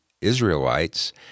Israelites